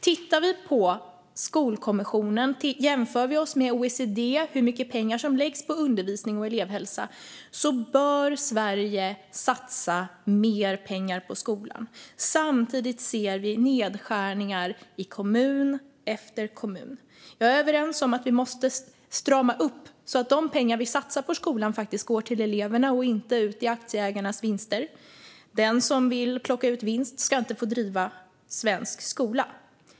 Tittar vi på Skolkommissionen, jämför vi oss med OECD i hur mycket pengar som läggs på undervisning och elevhälsa, kan vi konstatera att Sverige bör satsa mer pengar på skolan. Samtidigt ser vi nedskärningar i kommun efter kommun. Jag är överens med statsrådet om att vi måste strama upp så att de pengar vi satsar på skolan faktiskt går till eleverna och inte ut i aktieägarnas vinster. Den som vill plocka ut vinst ska inte få driva svensk skola.